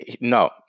no